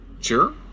Sure